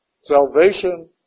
Salvation